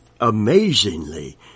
amazingly